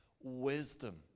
wisdom